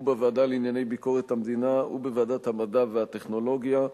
בוועדה לענייני ביקורת המדינה ובוועדת המדע והטכנולוגיה,